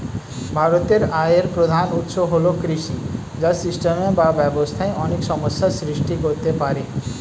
ভারতের আয়ের প্রধান উৎস হল কৃষি, যা সিস্টেমে বা ব্যবস্থায় অনেক সমস্যা সৃষ্টি করতে পারে